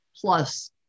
plus